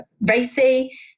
Racy